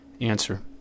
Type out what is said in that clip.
Answer